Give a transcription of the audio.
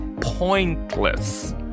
pointless